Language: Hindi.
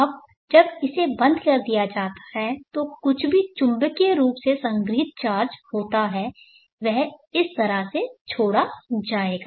और जब इसे बंद कर दिया जाता है तो जो कुछ भी चुंबकीय रूप से संग्रहीत चार्ज होता है वह इस तरह से छोड़ा जाएगा